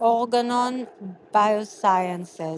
Organon Biosciences,